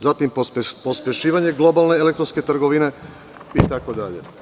Zatim, pospešivanje globalne elektronske trgovine itd.